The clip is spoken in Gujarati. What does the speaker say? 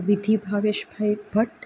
વિધિ ભાવેશભાઈ ભટ્ટ